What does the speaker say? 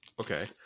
Okay